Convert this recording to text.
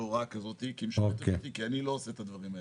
הוראה כזאת כי אני לא עושה את הדברים האלה.